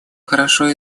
хорошо